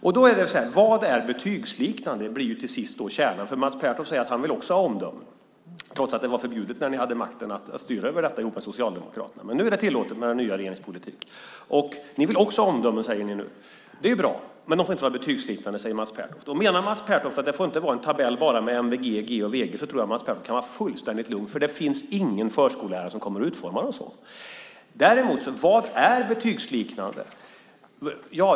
Då är kärnan till sist: Vad är "betygsliknande"? Mats Pertoft säger att han också vill ha omdömen - trots att det var förbjudet när ni hade makten att styra över detta ihop med Socialdemokraterna. Men nu är det tillåtet, med den nya regeringens politik. Vi vill också ha omdömen, säger ni nu. Det är bra. Men de får inte vara betygsliknande, säger Mats Pertoft. Om Mats Pertoft då menar att det inte får vara en tabell med bara MVG, G och VG tror jag att han kan vara fullständigt lugn, för det finns ingen förskollärare som kommer att utforma omdömena så. Däremot: Vad är "betygsliknande"?